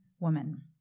woman